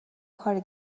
کاری